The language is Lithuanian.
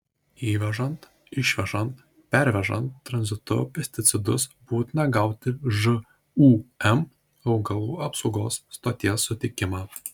įvežant išvežant pervežant tranzitu pesticidus būtina gauti žūm augalų apsaugos stoties sutikimą